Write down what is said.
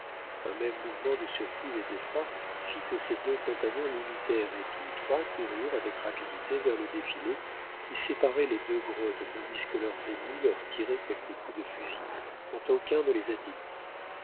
un même mouvement de surprise et d'effroi fit que ses deux compagnons l'imitèrent et tous trois coururent avec rapidité vers le défilé qui séparait les deux grottes tandis que leurs ennemis leur tiraient quelques coups de fusil dont aucun ne les atteignit